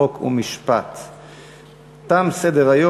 חוק ומשפט נתקבלה.